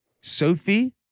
Sophie